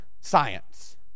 science